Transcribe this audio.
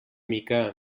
mica